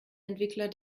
entwickler